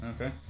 Okay